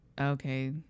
okay